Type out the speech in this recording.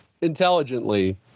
intelligently